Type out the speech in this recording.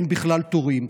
אין בכלל תורים.